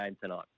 tonight